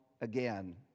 again